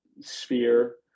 sphere